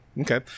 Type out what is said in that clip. Okay